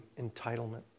entitlement